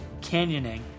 canyoning